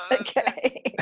okay